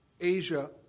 Asia